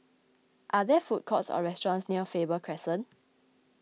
are there food courts or restaurants near Faber Crescent